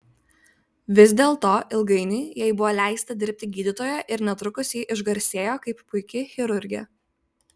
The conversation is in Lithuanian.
vis dėlto ilgainiui jai buvo leista dirbti gydytoja ir netrukus ji išgarsėjo kaip puiki chirurgė